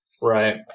Right